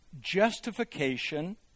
justification